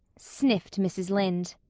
sniffed mrs. lynde.